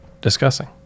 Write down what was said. discussing